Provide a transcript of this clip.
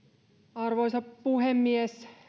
arvoisa puhemies